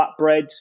flatbread